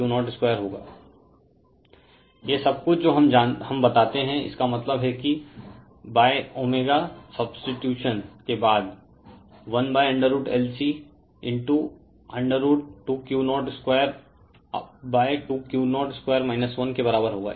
Refer Slide Time 1521 यह सब कुछ जो हम बताते हैं इसका मतलब है कि ω सब्स्टिटूशन के बाद 1√LC2Q02 के बराबर होगा